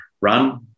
run